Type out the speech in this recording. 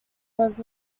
was